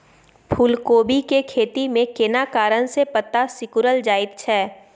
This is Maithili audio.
फूलकोबी के खेती में केना कारण से पत्ता सिकुरल जाईत छै?